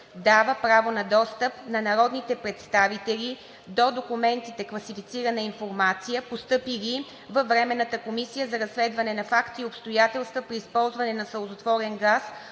Дава право на достъп на народните представители до документите – класифицирана информация, постъпили във Временната комисия за разследване на факти и обстоятелства при използване на сълзотворен газ,